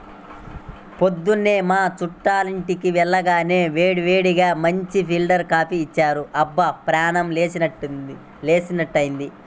పొద్దున్న మా చుట్టాలింటికి వెళ్లగానే వేడివేడిగా మంచి ఫిల్టర్ కాపీ ఇచ్చారు, అబ్బా ప్రాణం లేచినట్లైంది